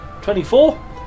Twenty-four